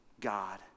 God